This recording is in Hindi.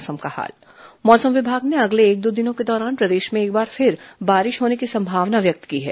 मौसम मौसम विभाग ने अगले एक दो दिनों के दौरान प्रदेश में एक बार फिर बारिश होने की संभावना व्यक्त की है